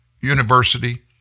university